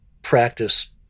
practice